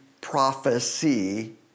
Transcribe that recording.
prophecy